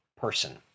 person